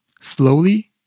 slowly